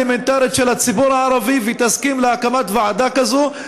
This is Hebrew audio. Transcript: האלמנטרית של הציבור הערבי ותסכים להקמת ועדה כזאת,